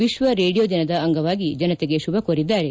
ವಿಶ್ವ ರೇಡಿಯೋ ದಿನದ ಅಂಗವಾಗಿ ಜನತೆಗೆ ಶುಭ ಕೋರಿದ್ದಾರೆ